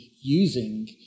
using